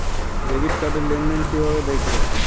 Debit card র লেনদেন কিভাবে দেখবো?